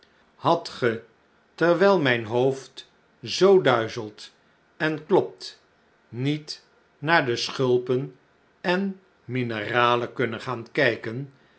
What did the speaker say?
hadt ge terwijl mijn hoofd zoo duizelt en klopt niet naar de schulpen en mineralen kunnen gaan kijken